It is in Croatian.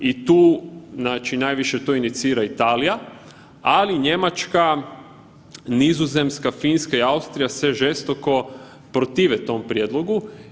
I tu, znači najviše to inicira Italija, ali i Njemačka, Nizozemska, Finska i Austrija se žestoko protive tom prijedlogu.